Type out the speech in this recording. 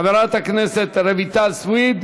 חברת הכנסת רויטל סויד,